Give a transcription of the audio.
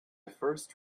first